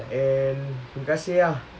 ya